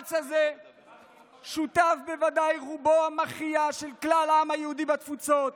למאמץ הזה שותף בוודאי רובו המכריע של כלל העם היהודי בתפוצות,